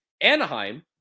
Anaheim